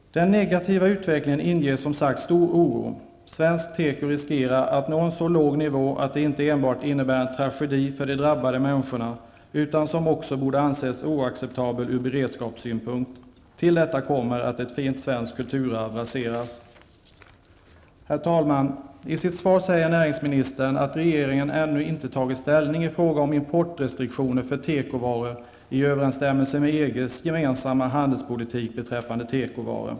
Den negativa utvecklingen inger som sagt stor oro. Svensk tekoindustrin riskerar att nå en så låg nivå att det inte enbart innebär en tragedi för de drabbade människorna -- det borde också anses oacceptabelt ur beredskapssynpunkt. Till detta kommer att ett fint svenskt kulturarv raseras. Herr talman! I sitt svar säger näringsministern att regeringen ännu inte tagit ställning i fråga om importrestriktioner för tekovaror, i överensstämmelse med EGs gemensamma handelspolitik beträffande tekovaror.